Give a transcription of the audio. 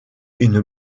une